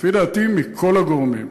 לפי דעתי, מכל הגורמים,